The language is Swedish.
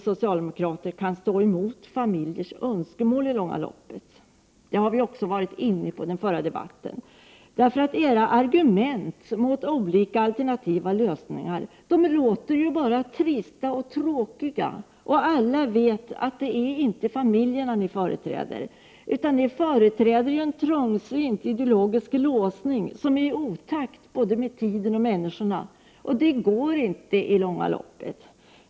Socialdemokraterna kan nog inte stå emot familjers önskemål i det långa loppet, vilket vi också var inne på under den förra debatten. Era argument mot olika alternativa lösningar låter bara trista och tråkiga. Alla är medvetna — Prot. 1988/89:96 om att det inte är familjerna ni företräder, utan det är en trångsynt ideologisk — 13 april 1989 låsning som är i otakt med både tiden och med människorna. Det fungerar inte i längden.